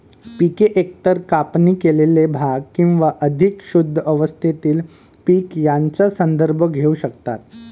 पिके एकतर कापणी केलेले भाग किंवा अधिक शुद्ध अवस्थेतील पीक यांचा संदर्भ घेऊ शकतात